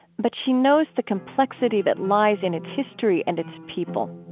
but she knows the complexity that lies in its history and its people